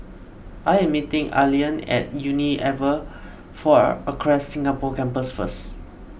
I am meeting Allean at Unilever four Acres Singapore Campus first